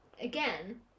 again